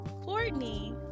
Courtney